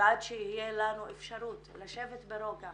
ועד שתהיה לנו אפשרות לשבת ברוגע